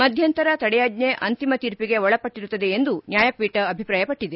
ಮಧ್ದಂತರ ತಡೆಯಾಜ್ಜೆ ಅಂತಿಮ ತೀರ್ಪಿಗೆ ಒಳಪಟ್ಟರುತ್ತದೆ ಎಂದೂ ನ್ಯಾಯಪೀಠ ಅಭಿಪ್ರಾಯಪಟ್ಟದೆ